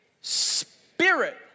spirit